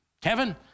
Kevin